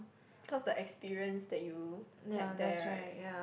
cause the experience that you had there right